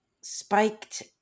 spiked